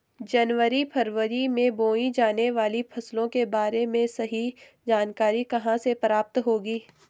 जनवरी फरवरी में बोई जाने वाली फसलों के बारे में सही जानकारी कहाँ से प्राप्त होगी?